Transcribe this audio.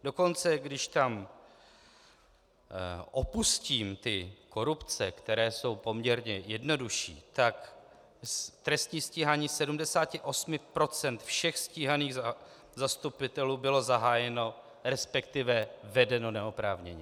Dokonce když tam opustím ty korupce, které jsou poměrně jednodušší, tak trestní stíhání 78 % všech stíhaných zastupitelů bylo zahájeno, respektive vedeno neoprávněně.